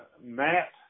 Matt